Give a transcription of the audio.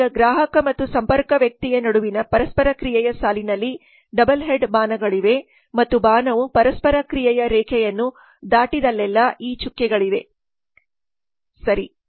ಈಗ ಗ್ರಾಹಕ ಮತ್ತು ಸಂಪರ್ಕ ವ್ಯಕ್ತಿಯ ನಡುವಿನ ಪರಸ್ಪರ ಕ್ರಿಯೆಯ ಸಾಲಿನಲ್ಲಿ ಡಬಲ್ ಹೆಡ್ ಬಾಣಗಳಿವೆ ಮತ್ತು ಬಾಣವು ಪರಸ್ಪರ ಕ್ರಿಯೆಯ ರೇಖೆಯನ್ನು ದಾಟಿದಲ್ಲೆಲ್ಲಾ ಈ ಚುಕ್ಕೆಗಳಿವೆ ಸರಿ